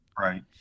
right